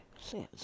says